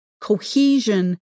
cohesion